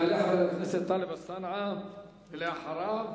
יעלה חבר הכנסת טלב אלסאנע, ואחריו,